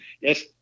Yes